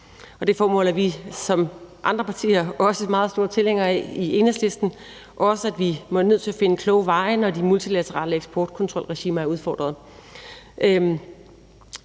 det formål er vi som andre partier også meget store tilhængere af i Enhedslisten – også af, at vi er nødt til at finde kloge veje, når de multilaterale eksportkontrolregimer er udfordrede.